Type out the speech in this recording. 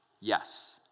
Yes